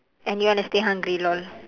and you want to stay hungry lol